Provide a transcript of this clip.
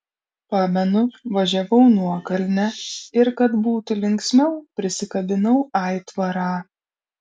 pamenu važiavau nuokalne ir kad būtų linksmiau prisikabinau aitvarą